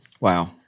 Wow